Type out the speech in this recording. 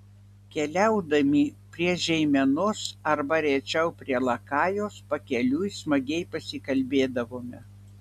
keliaudami prie žeimenos arba rečiau prie lakajos pakeliui smagiai pasikalbėdavome